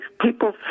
People